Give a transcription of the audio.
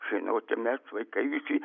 žinote mes vaikai visi